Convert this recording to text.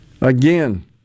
Again